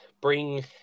bring